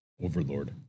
Overlord